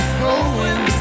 growing